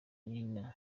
nina